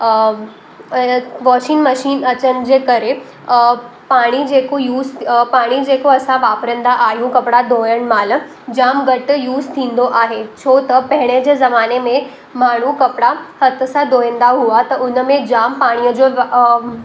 ऐं washing machine अचण जे करे पाणी जेको यूज़ पाणी जेको असां वापरींदा आहियूं कपिड़ा धोयण महिल जामु घटि यूज़ थींदो आहे छो त पहिरे जे ज़माने में माण्हू कपिड़ा हथ सां धोईंदा हुआ त उन में जामु पाणीअ जो व